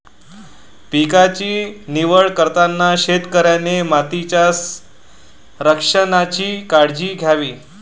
पिकांची निवड करताना शेतकऱ्याने मातीच्या संरक्षणाची काळजी घ्यावी